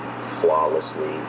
flawlessly